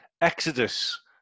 Exodus